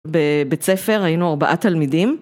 בבית ספר היינו ארבעה תלמידים.